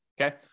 okay